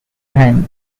hand